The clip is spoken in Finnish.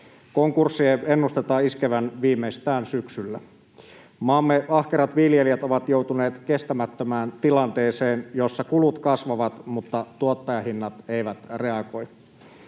Konkurssien ennustetaan iskevän viimeistään syksyllä. Maamme ahkerat viljelijät ovat joutuneet kestämättömään tilanteeseen, jossa kulut kasvavat, mutta tuottajahinnat eivät reagoi.